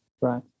Right